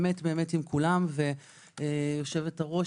יושבת-הראש,